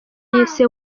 yise